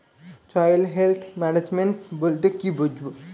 Soil health management বলতে কি বুঝায়?